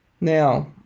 Now